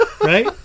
Right